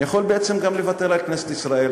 יכול בעצם גם לוותר על כנסת ישראל.